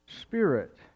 Spirit